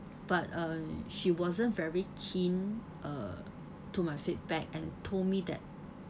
but uh she wasn't very keen uh to my feedback and told me that